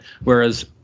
Whereas